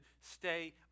stay